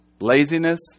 Laziness